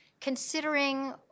considering